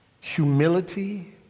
humility